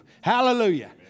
Hallelujah